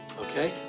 okay